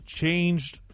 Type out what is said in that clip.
changed